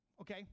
Okay